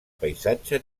paisatge